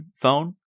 phone